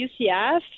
UCF